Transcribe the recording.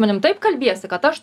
manim taip kalbiesi kad aš